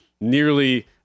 nearly